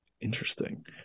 Interesting